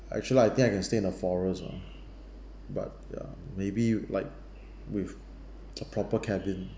I should lah I think I can stay in the forest uh but ya maybe you like with a proper cabin